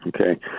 Okay